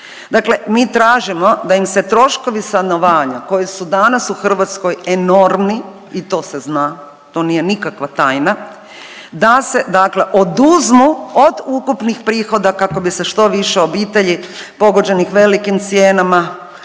Dakle, mi tražimo da im se troškovi stanovanja koji su danas u Hrvatskoj enormni i to se zna, to nije nikakva tajna, da se oduzmu od ukupnih prihoda kako bi se što više obitelji pogođenih velikim cijenama na